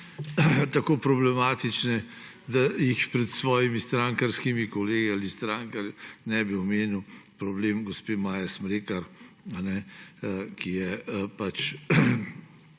tako problematične, da jih pred svojimi strankarskimi kolegi ali stranki ne bi omenil – problem gospe Maje Smrekar, ki je pač